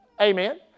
Amen